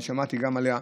אני שמעתי עליה,